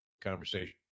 conversation